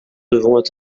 devront